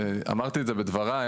אמרתי את זה בדבריי,